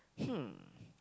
hmm